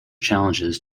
challenges